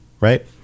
Right